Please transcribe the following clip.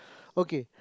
okay